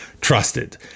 trusted